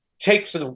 takes